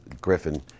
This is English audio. Griffin